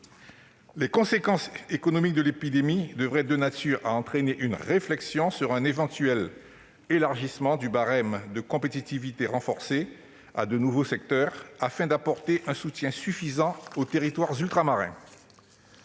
Les conséquences économiques de l'épidémie devraient être de nature à susciter une réflexion sur un éventuel élargissement du barème de compétitivité renforcée à de nouveaux secteurs, afin d'apporter un soutien suffisant aux territoires ultramarins.